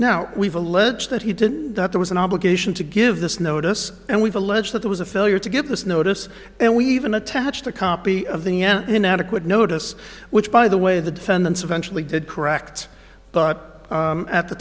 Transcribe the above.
now we've alleged that he did that there was an obligation to give this notice and we've alleged that there was a failure to give this notice and we even attached a copy of the inadequate notice which by the way the defendants eventually did correct but at the